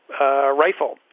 rifle